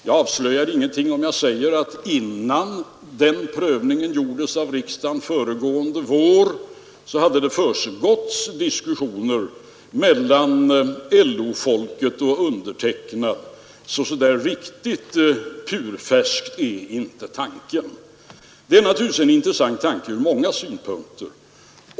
Jag avslöjar ingenting om jag säger att innan den prövningen gjordes av riksdagen föregående vår hade det försiggått diskussioner mellan LO-folket och mig; så där riktigt purfärsk är alltså inte tanken. Detta är naturligtvis en intressant tanke ur många synpunkter.